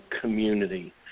community